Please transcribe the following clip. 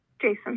Jason